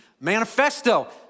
Manifesto